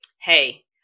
hey